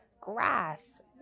grass